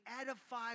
edify